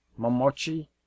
Momochi